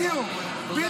הצבעה במועד אחר.